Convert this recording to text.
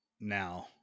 now